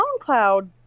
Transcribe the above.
SoundCloud